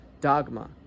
dogma